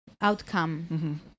outcome